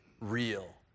real